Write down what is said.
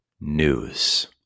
news